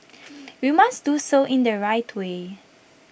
we must do so in the right way